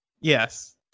Yes